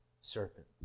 serpent